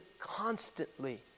constantly